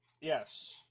Yes